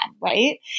right